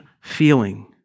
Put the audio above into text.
feeling